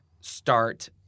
start